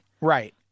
Right